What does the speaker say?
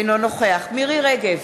אינו נוכח מירי רגב,